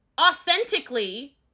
authentically